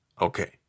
Okay